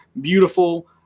beautiful